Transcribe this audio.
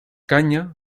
caña